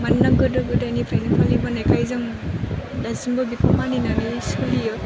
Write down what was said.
मानोना गोदो गोदायनिफ्रायनो फालिबोनायखाय जों दासिमबो बेखौ मानिनानै सोलियो